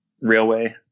railway